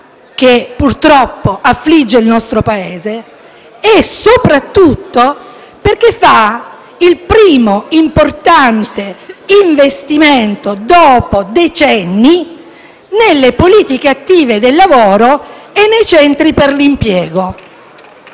che purtroppo affligge il nostro Paese; in terzo luogo, perché fa il primo importante investimento, dopo decenni, nelle politiche attive del lavoro e nei centri per l'impiego.